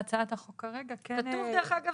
בהצעת החוק כרגע כן -- כתוב דרך אגב